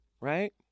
Right